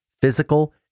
physical